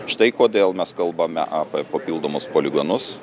štai kodėl mes kalbame apie papildomus poligonus